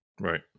right